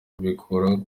bikuru